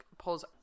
pulls